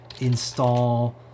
install